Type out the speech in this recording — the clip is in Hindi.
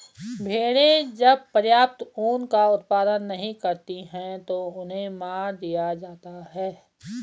भेड़ें जब पर्याप्त ऊन का उत्पादन नहीं करती हैं तो उन्हें मार दिया जाता है